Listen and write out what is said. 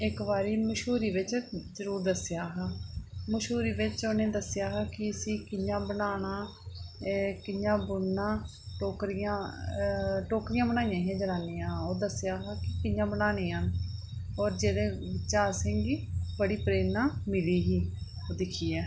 इक बारी मे मश्हूरी बिच्च जरुर दस्सेआ हा मश्हूरी बिच्च उ'नें दस्सेआ हा कि इसी कि'यां बनाना ते एह् कि'यां बुनना टोकरियां बनाइयां हियां जनानियै ओह् दस्सेआ हा कि कि'यां बनानी न और जेहदे चा असेंगी बड़ी प्ररेणा मिली ही ओह् दिकखियै